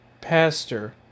pastor